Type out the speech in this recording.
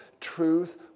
truth